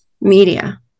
media